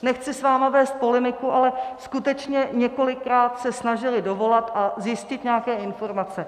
Nechci s vámi vést polemiku, ale skutečně několikrát se snažili dovolat a zjistit nějaké informace.